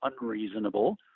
unreasonable